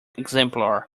exemplar